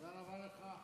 תודה רבה לך.